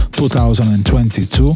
2022